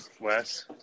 Wes